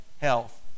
health